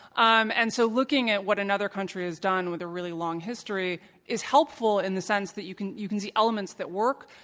um and so looking at what another country has done with a really long history is helpful in the sense that you can you can see elements that work,